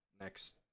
next